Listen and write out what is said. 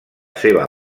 seva